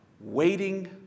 waiting